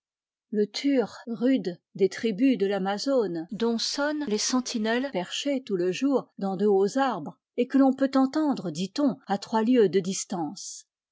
lure rude des tribus de l'amazone dont sonnent les sentinelles perchées tout le jour dans de hauts arbres et que l'on peut entendre dit-on à trois lieues de distance